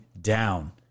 down